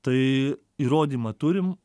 tai įrodymą turim